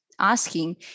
asking